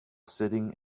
sitting